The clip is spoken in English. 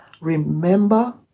Remember